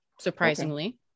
surprisingly